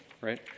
right